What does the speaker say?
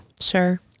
Sure